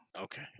Okay